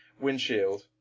windshield